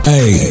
Hey